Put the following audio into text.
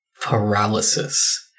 paralysis